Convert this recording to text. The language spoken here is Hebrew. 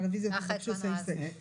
בסדר גמור.